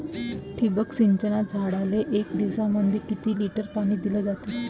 ठिबक सिंचनानं झाडाले एक दिवसामंदी किती लिटर पाणी दिलं जातं?